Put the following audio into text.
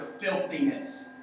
filthiness